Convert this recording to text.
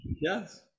yes